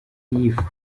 yifuza